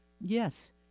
Yes